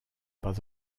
pas